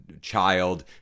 child